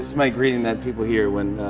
my greeting that people hear when